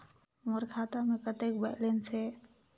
मोर खाता मे कतेक बैलेंस हे?